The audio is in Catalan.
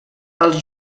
els